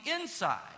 inside